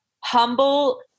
humble